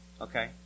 Okay